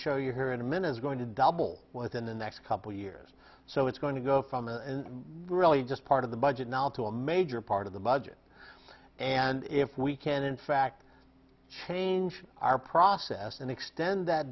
show you here in a minute it's going to double within the next couple years so it's going to go from really just part of the budget now to a major part of the budget and if we can in fact change our process and extend that